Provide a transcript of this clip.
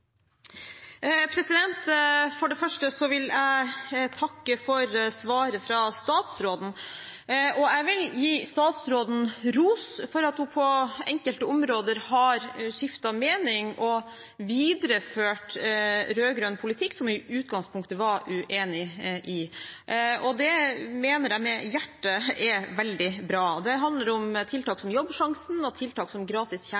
samfunnet. For det første vil jeg takke for svaret fra statsråden. Jeg vil gi statsråden ros for at hun på enkelte områder har skiftet mening og videreført rød-grønn politikk, som hun i utgangspunktet var uenig i. Det mener jeg – fra hjertet – er veldig bra. Det handler om tiltak som Jobbsjansen og tiltak som gratis